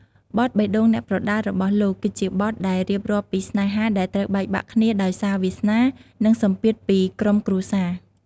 បទ បេះដូងអ្នកប្រដាល់ របស់លោក គឺជាបទដែលរៀបរាប់ពីស្នេហាដែលត្រូវបែកបាក់គ្នា ដោយសារវាសនា និងសម្ពាធពីក្រុមគ្រួសារ។